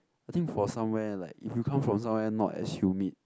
I think for somewhere like if you come from somewhere not as humid